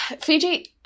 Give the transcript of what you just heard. Fiji